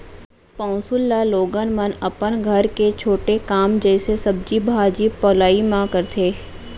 पौंसुल ल लोगन मन अपन घर के छोटे काम जइसे सब्जी भाजी पउलई म करथे